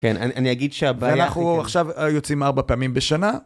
כן, אני אגיד שהבעיה... אנחנו עכשיו יוצאים ארבע פעמים בשנה.